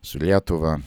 su lietuva